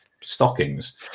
stockings